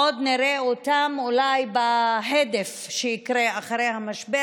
עוד נראה אותן אולי בהדף שיקרה אחרי המשבר.